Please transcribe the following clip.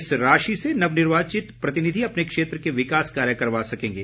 इस राशि से नवनिर्वाचित प्रतिनिधि अपने क्षेत्र के विकास कार्य करवा सकेंगे